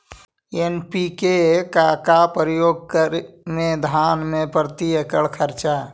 NPK का प्रयोग करे मे धान मे प्रती एकड़ खर्चा?